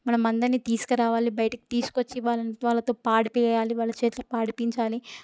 మనం అందరిని తీసుకురావాలి బయటకి తీసుకొచ్చి వాళ్ళని వాళ్ళతో పాడించాలి వాళ్ళ చేత పాడించాలి